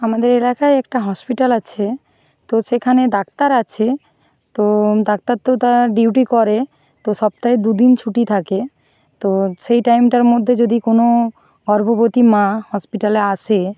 আমাদের এলাকায় একটা হসপিটাল আছে তো সেখানে ডাক্তার আছে তো ডাক্তার তো তার ডিউটি করে তো সপ্তাহে দুদিন ছুটি থাকে তো সেই টাইমটার মধ্যে যদি কোনও গর্ভবতী মা হসপিটালে আসে